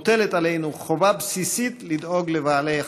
מוטלת עלינו חובה בסיסית לדאוג לבעלי החיים.